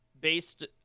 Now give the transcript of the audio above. based